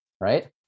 right